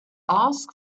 ask